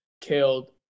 killed